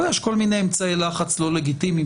אבל יש כל מיני אמצעי לחץ לא לגיטימיים